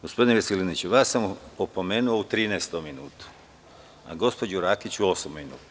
Gospodine Veselinoviću, vas sam opomenuo u 13. minutu, a gospođu Rakić u osmom minutu.